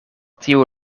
tiu